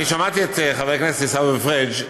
שמעתי את חבר הכנסת עיסאווי פריג',